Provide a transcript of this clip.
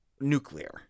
nuclear